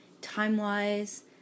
time-wise